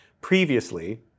Previously